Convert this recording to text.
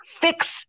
fix